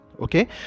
okay